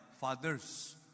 Fathers